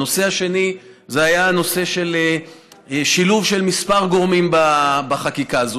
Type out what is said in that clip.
הנושא השני היה נושא השילוב של כמה גורמים בחקיקה הזאת,